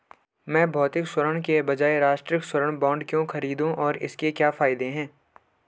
मैं भौतिक स्वर्ण के बजाय राष्ट्रिक स्वर्ण बॉन्ड क्यों खरीदूं और इसके क्या फायदे हैं?